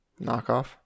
Knockoff